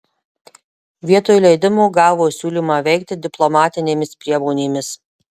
vietoj leidimo gavo siūlymą veikti diplomatinėmis priemonėmis